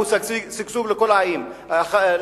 הוא שגשוג לכל העמים באזור.